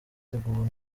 rwego